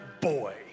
boy